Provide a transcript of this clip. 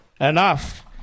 enough